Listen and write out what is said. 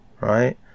right